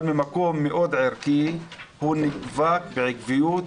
אבל ממקום מאוד ערכי הוא דבק בעקביות.